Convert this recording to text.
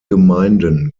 gemeinden